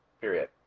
Period